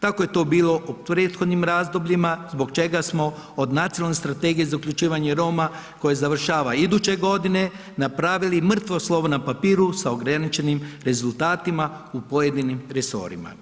Tako je to bilo u prethodnim razdobljima zbog čega smo od Nacionalne strategije za uključivanje Roma koje završava iduće godine napravili mrtvo slovo na papiru sa ograničenim rezultatima u pojedinim resorima.